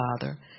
Father